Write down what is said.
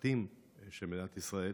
המשפטים של מדינת ישראל: